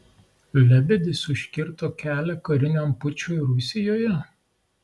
lebedis užkirto kelią kariniam pučui rusijoje